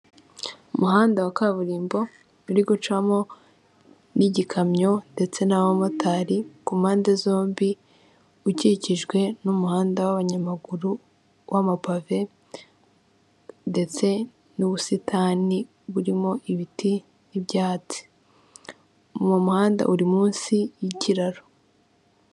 Umuhanda wa kaburimbo uri gucamo n'igikamyo ndetse n'abamotari, kumpande zombi ukikijwe n'umuhanda w'abanyamaguru w'amapave ndetse n'ubusitani burimo ibiti n'ibyatsi uwo muhanda uri munsi y'kiraro.